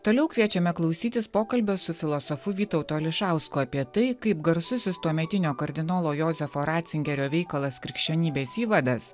toliau kviečiame klausytis pokalbio su filosofu vytautu ališausku apie tai kaip garsusis tuometinio kardinolo jozefo ratzingerio veikalas krikščionybės įvadas